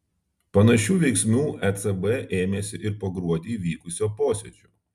panašių veiksmų ecb ėmėsi ir po gruodį vykusio posėdžio